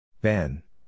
Ben